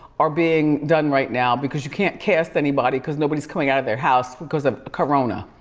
are being done right now, because you can't cast anybody, cause nobody's coming out of their house, because of corona,